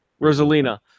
Rosalina